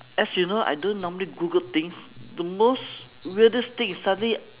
as you know I don't normally google things the most weirdest thing is suddenly